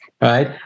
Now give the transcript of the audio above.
Right